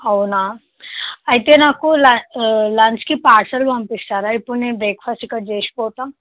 అవునా అయితే నాకు లా లంచ్కి పార్సిల్ పంపిస్తారా ఇప్పుడు నేను బ్రేక్ఫాస్ట్ ఇక్కడ చేసి పోతాను